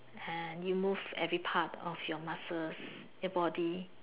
and you move every part of your muscles your body